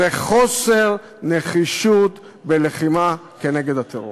זה חוסר נחישות בלחימה נגד הטרור.